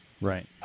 Right